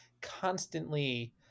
constantly